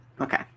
Okay